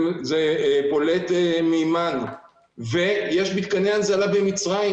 זה פולט מימן ויש מתקני הנזלה במצרים